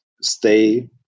stay